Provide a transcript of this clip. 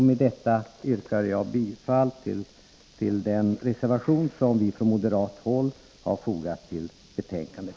Med detta yrkar jag bifall till den reservation nr 2 som vi från moderat håll fogat till betänkandet.